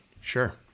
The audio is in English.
Sure